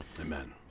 Amen